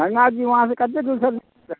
हरिनाथ जी वहाँसँ कत्ते दूर छथिन जा